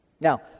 Now